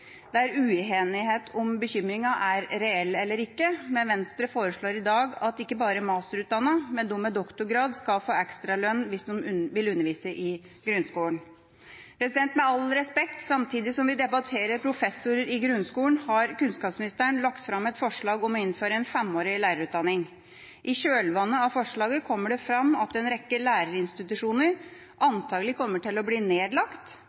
Det er uenighet om bekymringa er reell eller ikke, men Venstre foreslår i dag at ikke bare masterutdannede, men de med doktorgrad skal få ekstralønn hvis de vil undervise i grunnskolen. Med all respekt, samtidig som vi debatterer professorer i grunnskolen, har kunnskapsministeren lagt fram et forslag om å innføre femårig lærerutdanning. I kjølvannet av forslaget kommer det fram at en rekke lærerutdanningsinstitusjoner antakelig kommer til å bli nedlagt